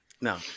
no